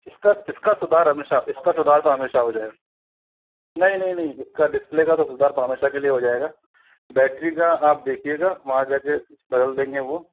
इसका इसका सुधार हमेशा इसका सुधार तो हमेशा हो जाएगा नहीं नहीं नहीं इसका डिस्प्ले का तो सुधार हमेशा के लिए हो जाएगा बेटरी का आप देखिएगा वहाँ जाके बदल देंगे वो